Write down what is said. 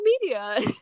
media